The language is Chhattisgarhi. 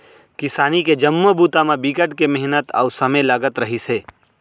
किसानी के जम्मो बूता म बिकट के मिहनत अउ समे लगत रहिस हे